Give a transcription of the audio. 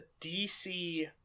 DC